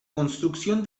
construcción